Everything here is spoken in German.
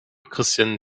christian